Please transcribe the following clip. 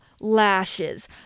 lashes